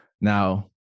Now